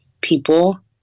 people